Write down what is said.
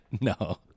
No